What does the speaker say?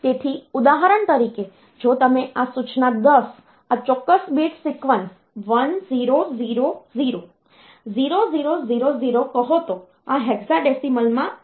હવે તેથી ઉદાહરણ તરીકે જો તમે આ સૂચના 10 આ ચોક્કસ bit સિક્વન્સ 1000 0000 કહો તો આ હેક્સાડેસિમલમાં 80 છે